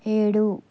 ఏడు